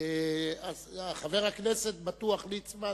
חבר הכנסת בטוח, ליצמן